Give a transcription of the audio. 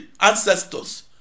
ancestors